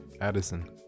Addison